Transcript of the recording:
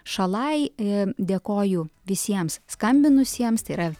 šalai dėkoju visiems skambinusiems tai yra